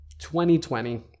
2020